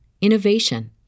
innovation